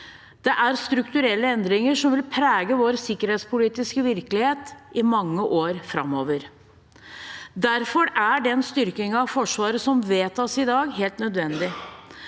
Det er strukturelle endringer som vil prege vår sikkerhetspolitiske virkelighet i mange år framover. Derfor er den styrkingen av Forsvaret som vedtas i dag, helt nødvendig.